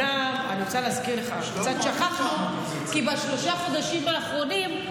קצת שכחנו, כי בשלושת החודשים האחרונים,